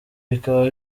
bikaba